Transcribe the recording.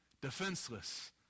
defenseless